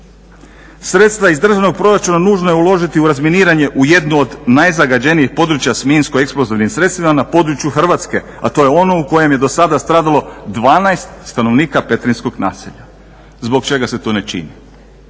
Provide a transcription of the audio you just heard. Sredstva iz državnog proračuna nužno je uložiti u razminiranje u jednu od najzagađenijih područja s minsko- eksplozivnim sredstvima na području Hrvatske, a to je ono u kojem je do sada stradalo 12 stanovnika petrinjskog naselja. Zbog čega se to ne čini?